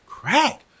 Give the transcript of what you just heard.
Crack